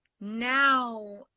now